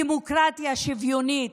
דמוקרטיה שוויונית,